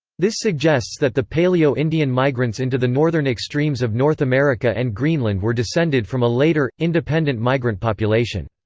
this suggests that the paleo-indian migrants into the northern extremes of north america and greenland were descended from a later, independent migrant population.